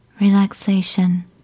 Relaxation